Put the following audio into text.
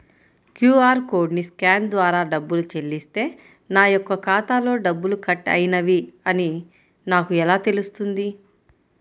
QR కోడ్ని scan ద్వారా డబ్బులు చెల్లిస్తే నా యొక్క ఖాతాలో డబ్బులు కట్ అయినవి అని నాకు ఎలా తెలుస్తుంది?